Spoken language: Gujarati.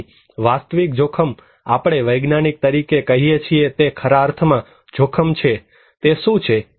તેથી વાસ્તવિક જોખમ આપણે વૈજ્ઞાનિક તરીકે કહીએ છીએ તે ખરા અર્થમાં જોખમ છે તે શું છે